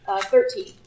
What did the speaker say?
Thirteen